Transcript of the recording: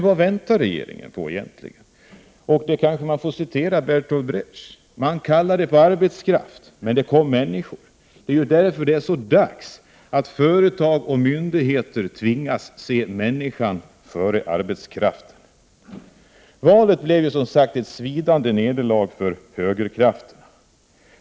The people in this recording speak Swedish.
Vad väntar regeringen egentligen på? För att citera Bertold Brecht: ”Man kallade på arbetskraft men det kom människor.” Därför är det dags att företag och myndigheter tvingas se människan före arbetskraften. Valet blev som sagt ett svidande nederlag för högerkrafterna.